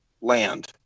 land